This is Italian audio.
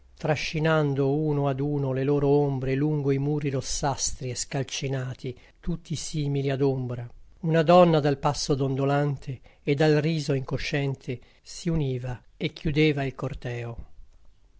poco trascinando uno ad uno le loro ombre lungo i muri rossastri e scalcinati tutti simili ad ombra una donna dal passo dondolante e dal riso incosciente si univa e chiudeva il corteo